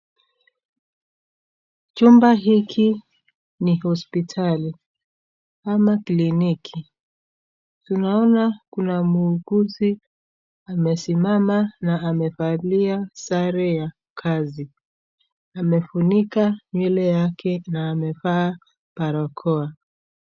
Chumba hiki ni hospitali ama kliniki. Tunaona kuna muuguzi amesimama na amevalia sare ya kazi. Amefunika nywele yake na amevaa barakoa.